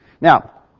Now